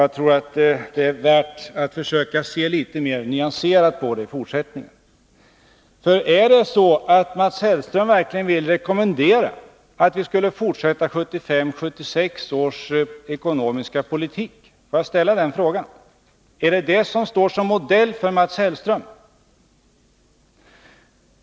Jag tror att det är värt att försöka se litet mer nyanserat på detta i fortsättningen. Är det så att Mats Hellström verkligen vill rekommendera att vi skulle fortsätta 1975 och 1976 års ekonomiska politik — får jag ställa den frågan? Är det detta som står som modell för Mats Hellström?